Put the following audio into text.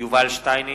יובל שטייניץ,